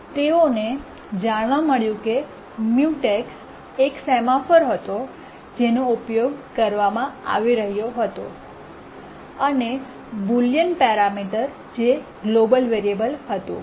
તેઓને જાણવા મળ્યું કે મ્યુટેક્સ એક સેમાફોર હતો જેનો ઉપયોગ કરવામાં આવી રહ્યો હતો અને બુલિયન પેરૅમિટર જે ગ્લોબલ વેરીઅબલ હતું